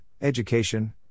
Education